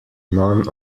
none